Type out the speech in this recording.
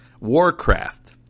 Warcraft